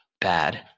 bad